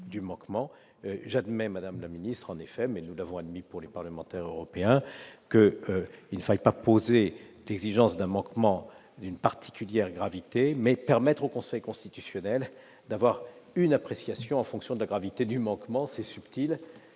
du manquement. J'admets, madame la garde des sceaux, comme nous l'avons fait pour les parlementaires européens, qu'il ne faille pas poser l'exigence d'un manquement d'une particulière gravité, mais permettre au Conseil constitutionnel d'avoir une appréciation en fonction de la gravité du manquement. C'est subtil,